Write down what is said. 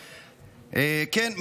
כן,